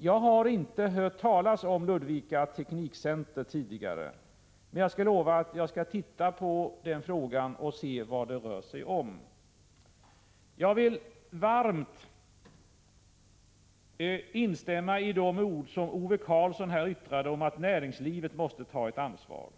Jag har inte hört talas om Ludvika Teknikcenter tidigare. Men jag lovar att jag skall ta reda på vad det rör sig om. Jag vill varmt instämma i de ord som Ove Karlsson yttrade om att näringslivet måste ta ett ansvar.